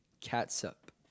catsup